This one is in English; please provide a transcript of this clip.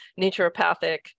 naturopathic